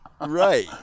Right